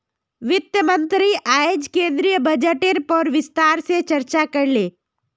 वित्त मंत्री अयेज केंद्रीय बजटेर पर विस्तार से चर्चा करले